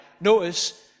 Notice